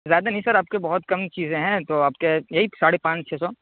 زیادہ نہیں سر آپ کی بہت کم چیزیں ہیں تو آپ کے یہی ساڑے پانچ چھ سو